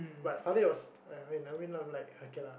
but Farid was I mean I mean I'm like okay lah